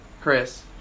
Chris